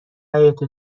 حیاط